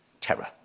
terror